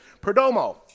Perdomo